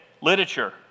literature